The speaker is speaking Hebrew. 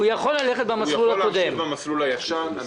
הוא יכול ללכת במסלול הקודם.